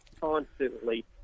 constantly